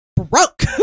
broke